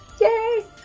Yay